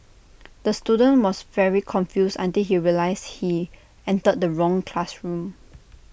the student was very confused until he realised he entered the wrong classroom